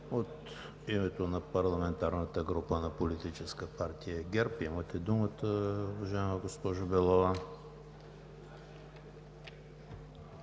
от името на парламентарната група на Политическа партия ГЕРБ – имате думата, уважаема госпожо Белова.